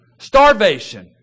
Starvation